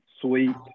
sweet